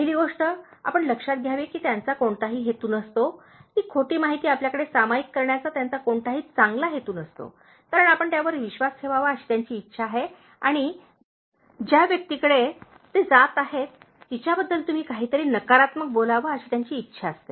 पहिली गोष्ट आपण लक्षात घ्यावी की त्यांचा कोणताही हेतू नसतो ती खोटी माहिती आपल्याकडे सामायिक करण्याचा त्यांचा कोणताही चांगला हेतू नसतो कारण आपण त्यावर विश्वास ठेवावा अशी त्यांची इच्छा आहे आणि ज्या व्यक्तीकडे ते जात आहात तिच्याबद्दल तुम्ही काहीतरी नकारात्मक बोलावे अशी त्यांची इच्छा असते